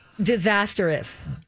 disastrous